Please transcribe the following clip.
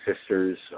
sister's